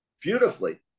beautifully